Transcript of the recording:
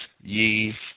ye